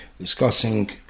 discussing